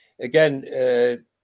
again